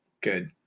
Good